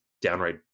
downright